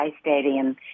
Stadium